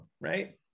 right